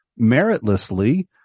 meritlessly